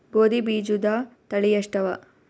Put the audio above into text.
ಗೋಧಿ ಬೀಜುದ ತಳಿ ಎಷ್ಟವ?